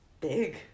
big